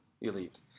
elite